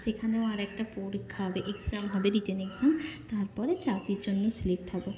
সেখানেও আরেকটা পরীক্ষা হবে এক্সাম হবে রিটন এক্সাম তার পরে চাকরির জন্য সিলেক্ট হব